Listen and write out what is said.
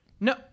no